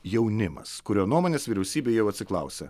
jaunimas kurio nuomonės vyriausybė jau atsiklausė